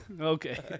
Okay